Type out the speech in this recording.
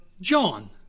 John